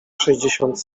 sześćdziesiąt